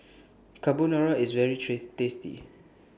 Carbonara IS very treats tasty